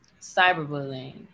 Cyberbullying